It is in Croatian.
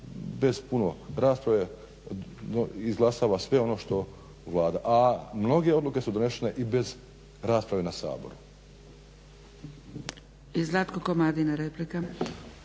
bez puno rasprave izglasava sve ono što Vlada, a mnoge odluke su donešene i bez rasprave na Saboru. **Zgrebec, Dragica